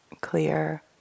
clear